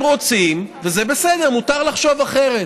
הם רוצים, וזה בסדר, מותר לחשוב אחרת,